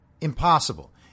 Impossible